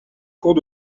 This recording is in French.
cours